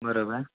बरोबर